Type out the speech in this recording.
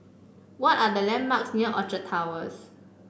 what are the landmarks near Orchard Towers